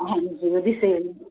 ਹਾਂਜੀ ਉਹਦੀ ਸੇਲ